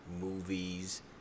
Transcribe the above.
movies